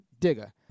digger